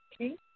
Okay